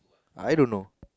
I don't know